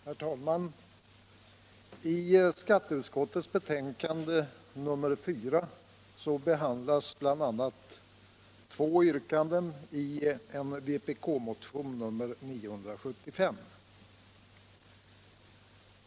Herr talman! I skatteutskottets betänkande nr 4 behandlas bl.a. två yrkanden i vpk-motionen nr 975.